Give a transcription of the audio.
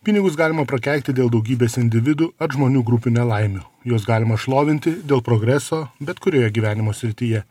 pinigus galima prakeikti dėl daugybės individų ar žmonių grupių nelaimių juos galima šlovinti dėl progreso bet kurioje gyvenimo srityje